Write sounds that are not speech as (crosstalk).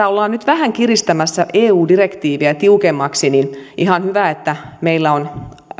(unintelligible) ollaan nyt vähän kiristämässä eu direktiiviä tiukemmaksi niin on ihan hyvä että meillä on